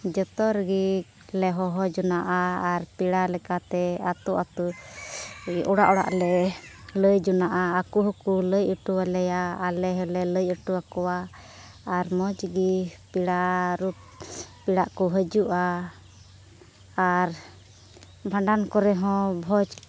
ᱡᱚᱛᱚ ᱨᱮᱜᱮ ᱞᱮ ᱦᱚᱦᱚ ᱡᱚᱝᱟᱜᱼᱟ ᱟᱨ ᱯᱮᱲᱟ ᱞᱮᱠᱟᱛᱮ ᱟᱹᱛᱩ ᱟᱹᱛᱩ ᱚᱲᱟᱜ ᱚᱲᱟᱜ ᱞᱮ ᱞᱟᱹᱭ ᱡᱚᱝᱟᱜᱼᱟ ᱟᱠᱚ ᱦᱚᱸᱠᱚ ᱞᱟᱹᱭ ᱦᱚᱴᱚ ᱟᱞᱮᱭᱟ ᱟᱞᱮ ᱦᱚᱸᱞᱮ ᱞᱟᱹᱭ ᱦᱚᱴᱚ ᱟᱠᱚᱣᱟ ᱟᱨ ᱢᱚᱡᱽ ᱜᱮ ᱯᱮᱲᱟ ᱨᱩᱯ ᱯᱮᱲᱟᱜ ᱠᱚ ᱦᱤᱡᱩᱜᱼᱟ ᱟᱨ ᱵᱷᱟᱸᱰᱟᱱ ᱠᱚᱨᱮ ᱦᱚᱸ ᱵᱷᱚᱡᱽ